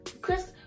chris